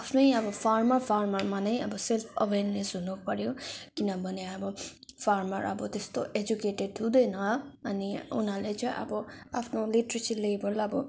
आफ्नै अब फार्मर फार्मरमा नै अब सेल्फ अवेरनेस हुनु पर्यो किनभने अब फार्मर अब त्यस्तो एजुकेटेड हुँदैन अनि उनीहरूले चाहिँ अब आफ्नो लिटरेसी लेबल अब